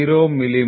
002 Not Go side L